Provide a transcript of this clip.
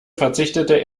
verzichtete